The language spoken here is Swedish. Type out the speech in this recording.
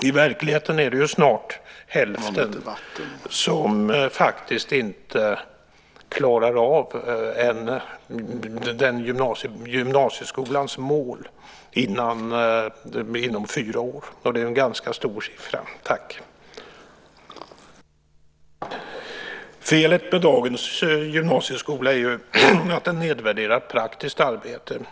I verkligheten är det snart hälften som faktiskt inte klarar av gymnasieskolans mål på fyra år. Det är en ganska hög siffra. Felet med dagens gymnasieskola är ju att den nedvärderar praktiskt arbete.